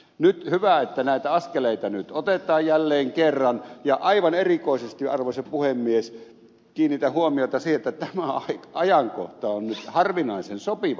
nyt on hyvä että näitä askeleita otetaan jälleen kerran ja aivan erikoisesti arvoisa puhemies kiinnitän huomiota siihen että tämä ajankohta on nyt harvinaisen sopiva tähän